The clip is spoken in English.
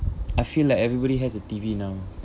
I feel like everybody has a T_V now